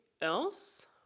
else